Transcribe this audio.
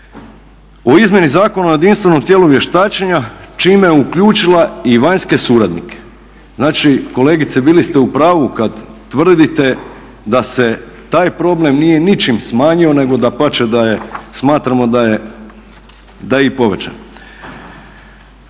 o izmjeni Zakona o jedinstvenom tijelu vještačenja čime je uključila i vanjske suradnike. Znači, kolegice bili ste u pravu kada tvrdite da se taj problem nije ničim smanjio nego dapače smatramo da je i povećan.